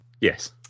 Yes